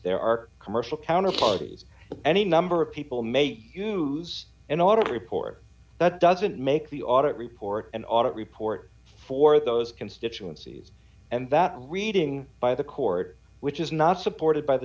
there are commercial counter parties any number of people may use an audit report that doesn't make the audit report an audit report for those constituencies and that reading by the court which is not supported by the